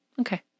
okay